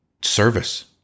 service